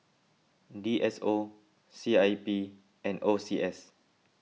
D S O C I P and O C S